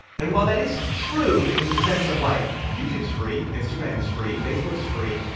and while that is true in the sense of like youtube's free, instagram's free, facebook's free.